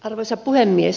arvoisa puhemies